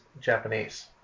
Japanese